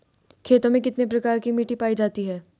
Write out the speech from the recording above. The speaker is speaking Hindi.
खेतों में कितने प्रकार की मिटी पायी जाती हैं?